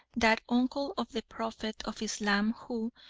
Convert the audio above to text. that uncle of the prophet of islam who,